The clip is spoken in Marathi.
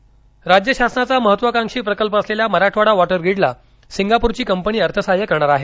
मराठवाडा वॉटर ग्रीड राज्य शासनाचा महत्त्वाकांक्षी प्रकल्प असलेल्या मराठवाडा वॉटर ग्रीडला सिंगापूरची कंपनी अर्थसहाय्य करणार आहे